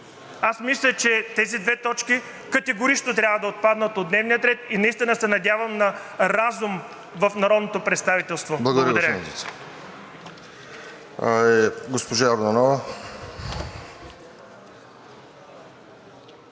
Аз мисля, че тези две точки категорично трябва да отпаднат от дневния ред, и наистина се надявам на разум в народното представителство. Благодаря